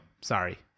Sorry